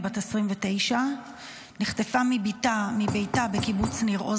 היא בת 29. נחטפה מביתה בקיבוץ ניר עוז